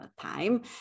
time